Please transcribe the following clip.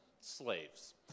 slaves